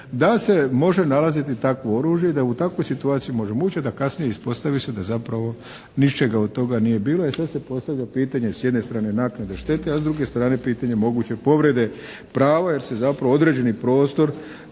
da se može nalaziti takvo oružje i da u takvu situaciju možemo ući, a da kasnije ispostavi se da zapravo ničega od toga nije bilo. E sad se postavlja pitanje s jedne strane naknade štete, a s druge strane moguće povrede prava jer se zapravo određeni prostor